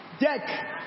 deck